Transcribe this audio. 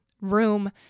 room